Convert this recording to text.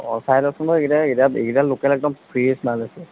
অঁ চাই লওকচোন বাৰু এইকেইটা এইকেইটা এইকেইটা লোকেল একদম ফ্ৰেছ মাল আছে